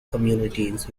communities